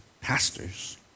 pastors